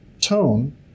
tone